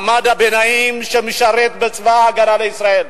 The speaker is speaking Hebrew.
מעמד הביניים שמשרת בצבא-ההגנה לישראל.